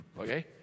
okay